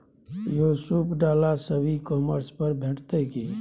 यौ सूप डाला सब ई कॉमर्स पर भेटितै की?